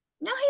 no